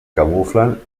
camuflen